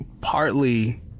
partly